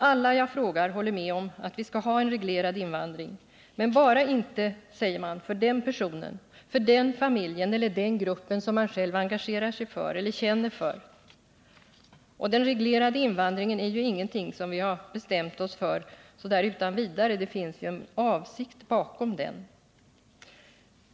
Alla som jag frågar håller med om att vi skall ha en reglerad invandring — men bara inte, säger man, för den person, den familj eller den grupp som man själv engagerar sig för eller känner för. Den reglerade invandringen är ju ingenting som vi har bestämt oss för utan vidare; det finns ju en avsikt bakom den.